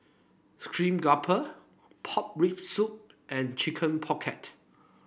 Steamed Grouper Pork Rib Soup and Chicken Pocket